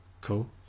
Cool